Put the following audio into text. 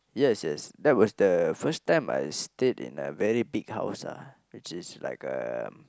yes yes that was the first time I stayed in a very big house ah which is like um